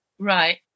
Right